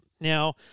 Now